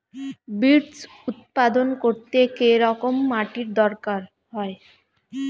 Beets উৎপাদন করতে কেরম মাটির দরকার হয়?